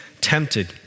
tempted